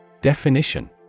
Definition